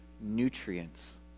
nutrients